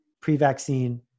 pre-vaccine